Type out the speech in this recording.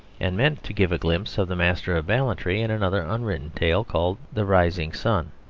and meant to give a glimpse of the master of ballantrae in another unwritten tale called the rising sun.